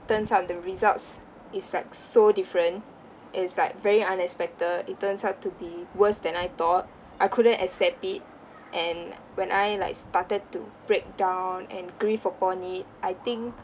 turns out the results is like so different it's like very unexpected it turns out to be worse than I thought I couldn't accept it and when I like started to breakdown and grief upon it I think